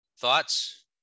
Thoughts